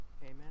Amen